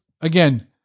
again